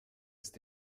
ist